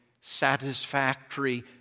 satisfactory